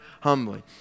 humbly